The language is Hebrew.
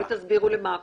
אולי תסבירו למה הכוונה?